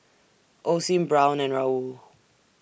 Osim Braun and Raoul